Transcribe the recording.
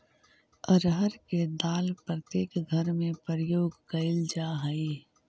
अरहर के दाल प्रत्येक घर में प्रयोग कैल जा हइ